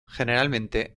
generalmente